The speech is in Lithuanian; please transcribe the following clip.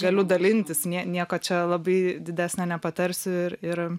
galiu dalintis nie nieko čia labai didesnio nepatarsiu ir ir